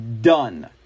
done